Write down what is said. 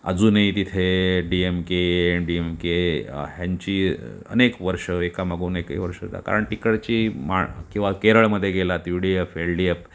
अजूनही तिथे D M K A M D M K ह्यांची अनेक वर्ष एकामागून एक वर्ष जा कारण तिकडची माणसं किंवा केरळमध्ये गेलात U D F L D F